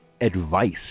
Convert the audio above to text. advice